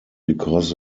because